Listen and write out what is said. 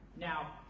Now